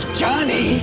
johnny